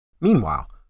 Meanwhile